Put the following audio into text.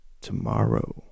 Tomorrow